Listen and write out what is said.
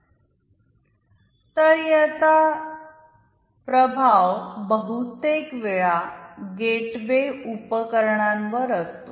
तर याचा प्रभाव बहुतेक वेळा गेटवे उपकरणांवर असतो